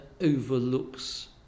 overlooks